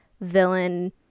villain